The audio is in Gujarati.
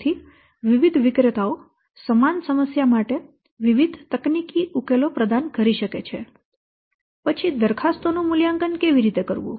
તેથી વિવિધ વિક્રેતાઓ સમાન સમસ્યા માટે વિવિધ તકનીકી ઉકેલો પ્રદાન કરી શકે છે પછી દરખાસ્તોનું મૂલ્યાંકન કેવી રીતે કરવું